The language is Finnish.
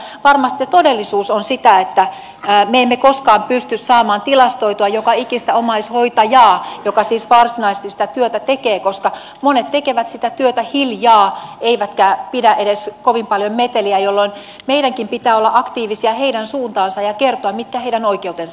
mutta varmasti se todellisuus on sitä että me emme koskaan pysty saamaan tilastoitua joka ikistä omaishoitajaa joka siis varsinaisesti sitä työtä tekee koska monet tekevät sitä työtä hiljaa eivätkä pidä edes kovin paljon meteliä jolloin meidänkin pitää olla aktiivisia heidän suuntaansa ja kertoa mitkä heidän oikeutensa ovat